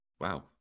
Wow